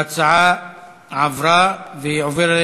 ההצעה התקבלה, והיא עוברת